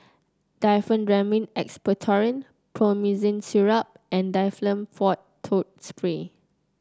Diphenhydramine Expectorant Promethazine Syrup and Difflam Forte Throat Spray